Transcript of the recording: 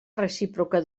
recíproca